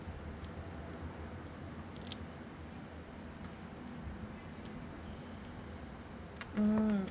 mm